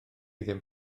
ddim